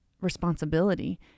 responsibility